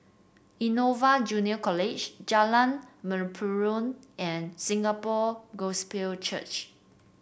Innova Junior College Jalan Mempurong and Singapore Gospel Church